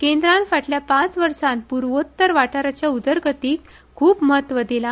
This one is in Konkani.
केंद्रान फाटल्या पाच वर्सात पुर्वोत्तर वाठाराच्या उदरगतीक खुप म्हत्व दिला